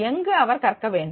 எங்கு அவர் கற்க வேண்டும்